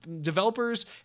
developers